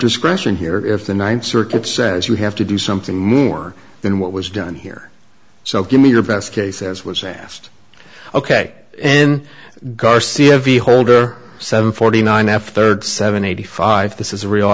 discretion here if the ninth circuit says you have to do something more than what was done here so give me your best case as was asked ok in garcia v holder seven forty nine f thirty seven eighty five this is a real